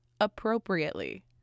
appropriately